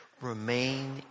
remain